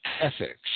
ethics